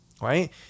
right